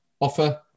offer